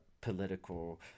political